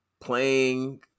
playing